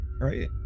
right